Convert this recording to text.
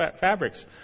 fabrics